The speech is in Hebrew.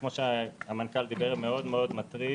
כמו שהמנכ"ל דיבר, הוא מאוד מאוד מטריד